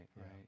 right